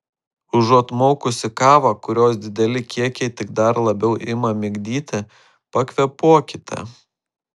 užuot maukusi kavą kurios dideli kiekiai tik dar labiau ima migdyti pakvėpuokite